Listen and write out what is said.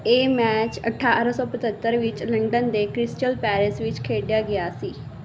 ਇਹ ਮੈਚ ਅਠਾਰ੍ਹਾਂ ਸੌ ਪੰਝੱਤਰ ਵਿੱਚ ਲੰਡਨ ਦੇ ਕ੍ਰਿਸਟਲ ਪੈਲਸ ਵਿੱਚ ਖੇਡਿਆ ਗਿਆ ਸੀ